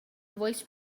voice